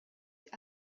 die